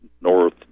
north